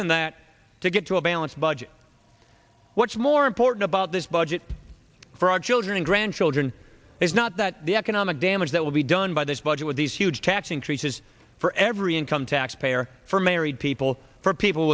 than that to get to a balanced budget what's more important about this budget for our children and grandchildren is not that the economic damage that will be done by this budget with these huge tax increases for every income tax payer for married people for people